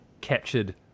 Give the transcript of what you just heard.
captured